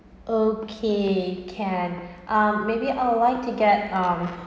okay can um maybe I would like to get um